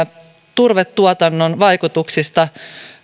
turvetuotannon vaikutuksista